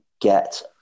get